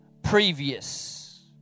previous